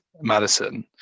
Madison